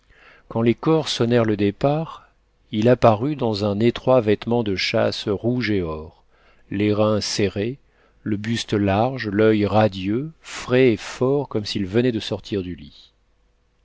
quand les cors sonnèrent le départ il apparut dans un étroit vêtement de chasse rouge et or les reins serrés le buste large l'oeil radieux frais et fort comme s'il venait de sortir du lit